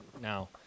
now